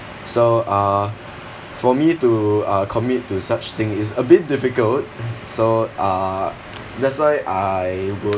so uh for me to uh commit to such thing is a bit difficult so uh that's why I would